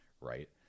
right